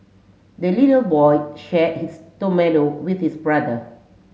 the little boy shared his tomato with his brother